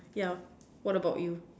yeah what about you